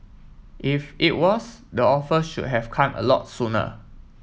if it was the offer should have come a lot sooner